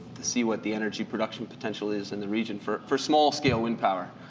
to see what the energy production potential is in the region for for small scale wind power.